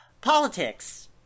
politics